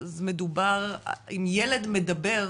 אם ילד מדבר,